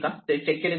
ते चेक केले जाईल